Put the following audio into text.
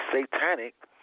satanic